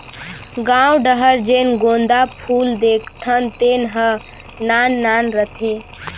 गॉंव डहर जेन गोंदा फूल देखथन तेन ह नान नान रथे